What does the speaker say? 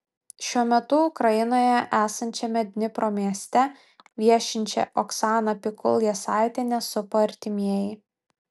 šiuo metu ukrainoje esančiame dnipro mieste viešinčią oksaną pikul jasaitienę supa artimieji